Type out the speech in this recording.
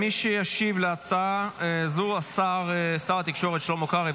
מי שישיב על הצעה זו זה שר התקשורת שלמה קרעי.